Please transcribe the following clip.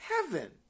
heaven